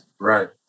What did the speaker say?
Right